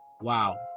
Wow